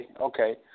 okay